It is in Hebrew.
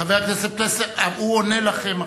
חבר הכנסת פלסנר, הוא עונה לכם עכשיו.